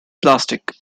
plastic